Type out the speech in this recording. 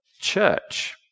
church